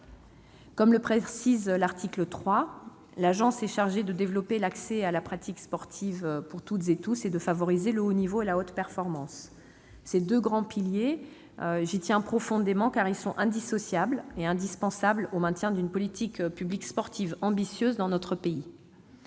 Comme le précise l'article 3, l'Agence est chargée de développer l'accès à la pratique sportive pour toutes et tous et de favoriser le haut niveau et la haute performance. Je tiens profondément à ces deux grands piliers, qui sont indissociables et indispensables au maintien d'une politique publique sportive ambitieuse dans notre pays.